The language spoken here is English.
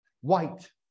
white